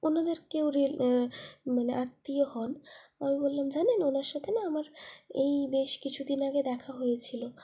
ওনাদের কেউ রিলে মানে আত্মীয় হন আমি বললাম জানেন ওনার সাথে না আমার এই বেশ কিছুদিন আগে দেখা হয়েছিলো